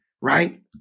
right